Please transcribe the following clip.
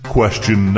Question